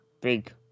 big